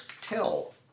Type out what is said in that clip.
Tell